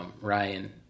Ryan